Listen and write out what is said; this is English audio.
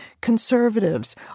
conservatives